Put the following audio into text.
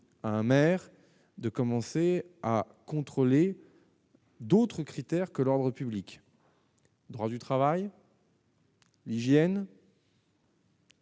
à un maire de commencer à contrôler. D'autres critères que l'ordre public, droit du travail. L'hygiène.